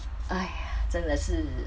!aiya! 真的是